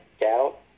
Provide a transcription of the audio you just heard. doubt